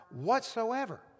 whatsoever